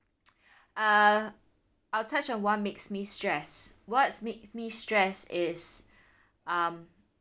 uh I'll touch on what makes me stress what makes me stress is um